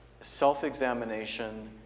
self-examination